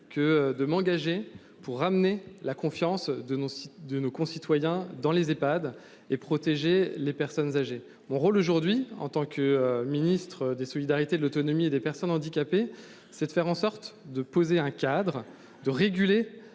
que de m'engager pour ramener la confiance de nos, de nos concitoyens dans les Ehpad et protéger les personnes âgées, mon rôle aujourd'hui en tant que ministre des solidarités, de l'autonomie et des personnes handicapées, c'est de faire en sorte de poser un cadre de réguler.